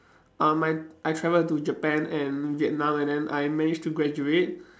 um I I travelled to Japan and Vietnam and then I managed to graduate